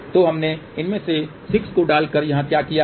तो हमने इनमें से 6 को डालकर यहां क्या किया है